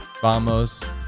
Vamos